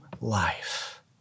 life